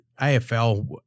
AFL